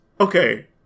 okay